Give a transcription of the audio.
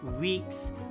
weeks